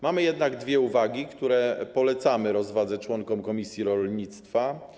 Mamy jednak dwie uwagi, które polecamy rozwadze członków komisji rolnictwa.